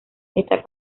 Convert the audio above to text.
esta